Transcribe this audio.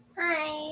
hi